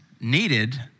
needed